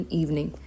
evening